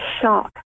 shock